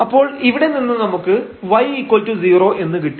അപ്പോൾ ഇവിടെ നിന്ന് നമുക്ക് y0 എന്ന് കിട്ടി